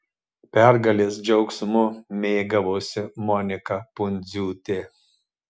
pergalės džiaugsmu mėgavosi monika pundziūtė